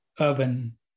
urban